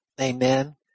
Amen